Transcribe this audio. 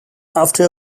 after